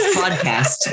podcast